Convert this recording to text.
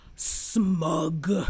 smug